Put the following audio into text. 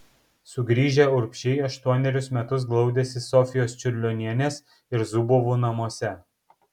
sugrįžę urbšiai aštuonerius metus glaudėsi sofijos čiurlionienės ir zubovų namuose